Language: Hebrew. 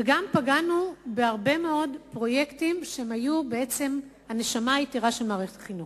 וגם פגענו בהרבה מאוד פרויקטים שהיו הנשמה היתירה של מערכת החינוך.